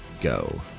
go